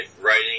writing